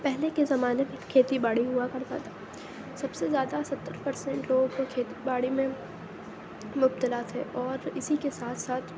پہلے کے زمانے میں کھیتی باڑی ہُوا کرتا تھا سب سے زیادہ ستھر پرسینٹ لوگوں کو کھیتی باڑی میں مبتلا تھے اور اِسی کے ساتھ ساتھ